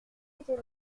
était